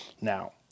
Now